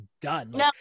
done